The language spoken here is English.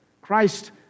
Christ